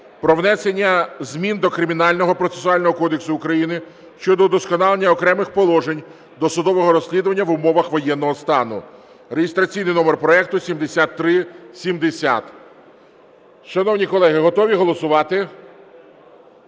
про внесення змін до Кримінального процесуального кодексу України щодо удосконалення окремих положень досудового розслідування в умовах воєнного стану (реєстраційний номер проекту 7370). Шановні колеги, готові голосувати?